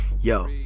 Yo